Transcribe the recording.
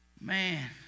Man